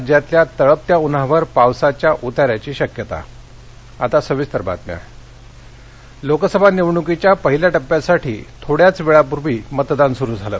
राज्यातल्या तळपत्या उन्हावर पावसाच्या उतार्याचची शक्यता निवडणक पहिला टप्पा लोकसभा निवडणुकीच्या पहिल्या टप्प्यासाठी थोड्याच वेळापूर्वी मतदान सुरू झालं